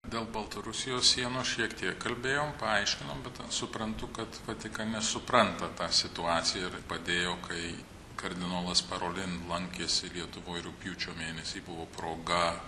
dėl baltarusijos sienos šiek tiek kalbėjom paaiškinom bet suprantu kad vatikane supranta tą situaciją ir padėjo kai kardinolas parolin lankėsi lietuvoj rugpjūčio mėnesį buvo proga